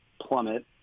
plummet